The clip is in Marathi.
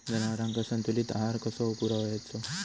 जनावरांका संतुलित आहार कसो पुरवायचो?